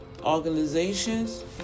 organizations